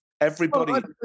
Everybody-